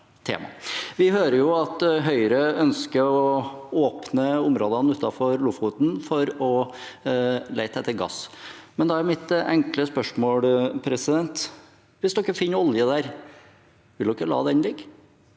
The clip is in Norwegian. Vi hører at Høyre ønsker å åpne områdene utenfor Lofoten for å lete etter gass. Da er mitt enkle spørsmål: Hvis de finner olje der, vil de la den ligge?